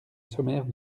sommaire